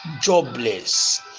jobless